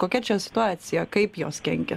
kokia čia situacija kaip jos kenkia